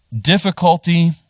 difficulty